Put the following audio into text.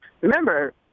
Remember